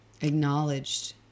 acknowledged